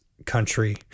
country